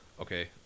Okay